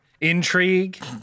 intrigue